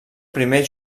primer